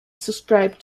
subscribed